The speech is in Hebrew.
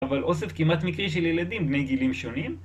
אבל אוסף כמעט מקרי של ילדים בני גילים שונים